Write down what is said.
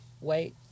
wait